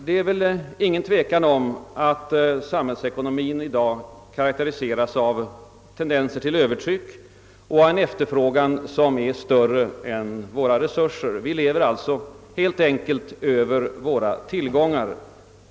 Det är väl inget tvivel om att samhällsekonomien i dag karakteriseras av tendenser till övertryck och en efterfrågan som överstiger våra resurser. Vi lever alltså helt enkelt över våra tillgångar.